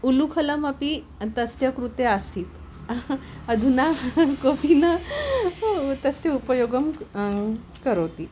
उल्लुखलमपि तस्य कृते आसीत् अधुना कोऽपि न तस्य उपयोगं करोति